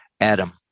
Adam